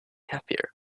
happier